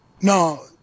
No